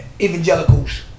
evangelicals